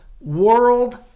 World